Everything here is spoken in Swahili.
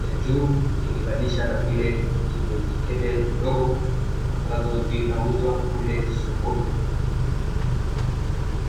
ya juu ukilinganisha na vile vyenye mikebe midogo ambazo zinauzwa kule sokoni.